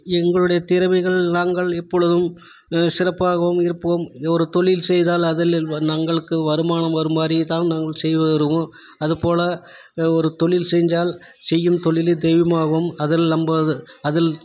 எங்களுடைய திறமைகள் நாங்கள் எப்பொழுதும் சிறப்பாகவும் இருப்போம் ஒரு தொழில் செய்தால் அதில் தங்களுக்கு வருமானம் வரும் மாதிரிதான் நாங்கள் செய்து வருவோம் அது போல் ஒரு தொழில் செஞ்சால் செய்யும் தொழில் தெய்வமாகவும் அதில் நம்ம அதில்